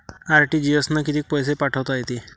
RTGS न कितीक पैसे पाठवता येते?